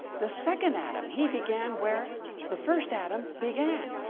the second adam, he began where the first adam began,